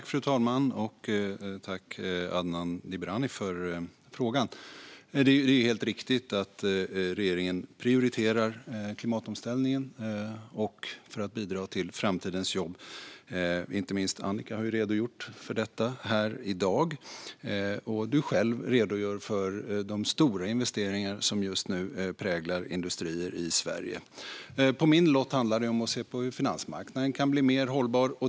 Fru talman! Tack, Adnan Dibrani, för frågan! Det är helt riktigt att regeringen prioriterar klimatomställningen och att bidra till framtidens jobb. Inte minst Annika Strandhäll har redogjort för detta här i dag, och Adnan Dibrani redogör för de stora investeringar som just nu präglar industrier i Sverige. På min lott finns att se på hur finansmarknaden kan bli mer hållbar.